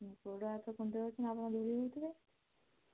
ଗୋଡ଼ ହାତ କୁଣ୍ଡେଇ ଆପଣ ହେଉଥିବେ